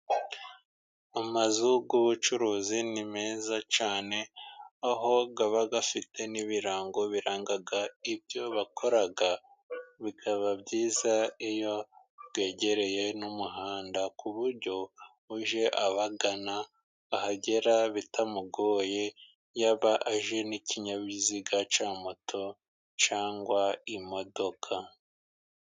Amazu y'ubucuruzi ni meza cyane, aho aba afite n'ibirango biranga ibyo bakora, bikaba byiza iyo yegereye n'umuhanda ku buryo uje abagana ahagera bitamugoye, yaba aje n'ikinyabiziga cya moto cyangwa imodoka.